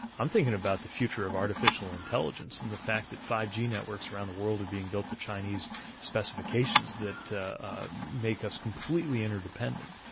i'm thinking about the future of artificial intelligence, and the fact that five g networks around the world are being built to chinese specifications that ah make us completely interdependent.